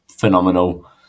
phenomenal